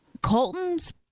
Colton's